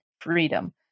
freedom